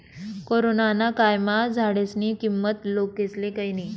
corona ना कायमा झाडेस्नी किंमत लोकेस्ले कयनी